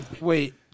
Wait